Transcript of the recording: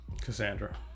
cassandra